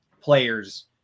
players